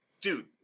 dude